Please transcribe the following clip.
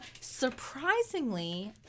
surprisingly